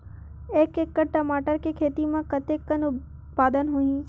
एक एकड़ टमाटर के खेती म कतेकन उत्पादन होही?